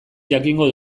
jakingo